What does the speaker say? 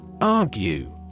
Argue